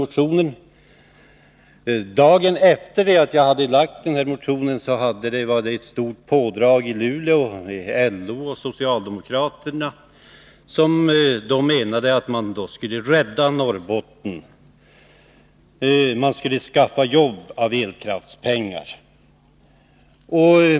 Men dagen efter det att motionen väckts var det ett stort pådrag i Luleå. LO och socialdemokraterna framhöll att man skulle rädda Norrbotten genom att skapa jobb med elkraftspengar.